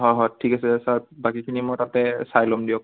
হয় হয় ঠিক আছে ছাৰ বাকীখিনি মই তাতে চাই ল'ম দিয়ক